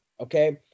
okay